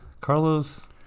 Carlos